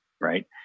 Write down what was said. right